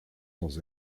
dans